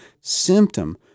symptom